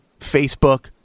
Facebook